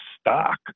stock